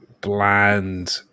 bland